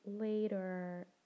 later